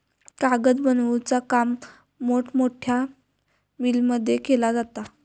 कागद बनवुचा काम मोठमोठ्या मिलमध्ये केला जाता